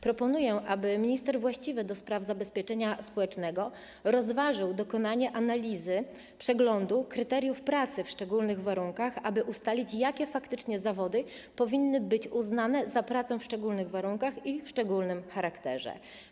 Proponuję, aby minister właściwy ds. zabezpieczenia społecznego rozważył dokonanie analizy, przeglądu kryteriów pracy w szczególnych warunkach, aby ustalić, jakie faktycznie zawody powinny być uznane za pracę w szczególnych warunkach i o szczególnym charakterze.